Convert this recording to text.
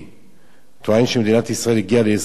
שמדינת ישראל הגיעה להסכם היסטורי עם הוותיקן